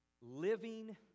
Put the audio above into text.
living